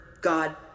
God